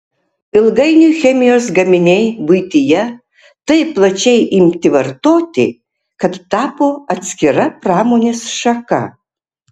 ilgainiui chemijos gaminiai buityje taip plačiai imti vartoti kad tapo atskira pramonės šaka